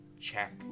check